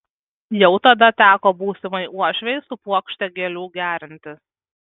jau tada teko būsimai uošvei su puokšte gėlių gerintis